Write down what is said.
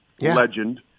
legend